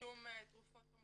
אין לזה אח ורע בעולם,